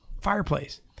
fireplace